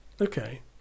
Okay